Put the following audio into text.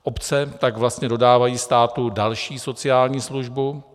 Obce tak vlastně dodávají státu další sociální službu.